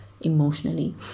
emotionally